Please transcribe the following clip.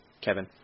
Kevin